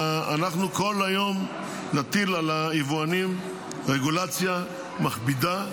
שכל היום נטיל על היבואנים רגולציה מכבידה,